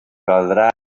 caldrà